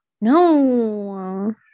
No